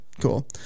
cool